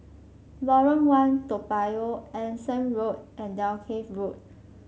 Lorong One Toa Payoh Anson Road and Dalkeith Road